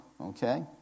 okay